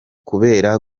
kubera